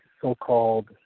so-called